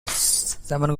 simon